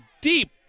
deep